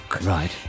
Right